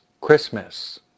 Christmas